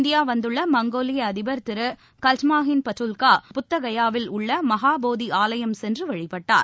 India வந்துள்ள மங்கோலிய அதிபர் திரு கல்ட்மாகின் பட்டுல்கா புத்தகயாவில் உள்ள மகாபோதி ஆலயம் சென்று வழிபட்டார்